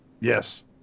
Yes